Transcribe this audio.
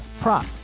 prop